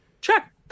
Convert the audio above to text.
check